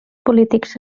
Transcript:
polítics